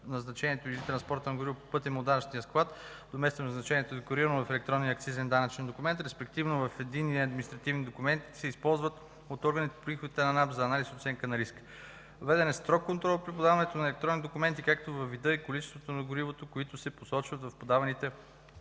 местоназначението или транспорта на горивото по пътя му от данъчния склад до местоназначението, декларирано в електронния акцизен данъчен документ, респективно в единни административни документи, се използва от органите по приходите на НАП за анализ и оценка на риска. Въведен е строг контрол при подаването на електронни документи за вида и количествата на горивото, които се посочват в подаваните